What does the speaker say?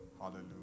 Hallelujah